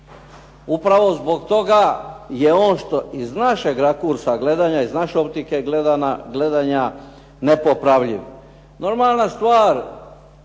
Upravo zbog toga je on što iz našeg rakursa gledanja, iz naše optike gledanja nepopravljiv. Normalna stvar